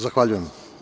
Zahvaljujem.